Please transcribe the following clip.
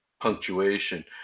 punctuation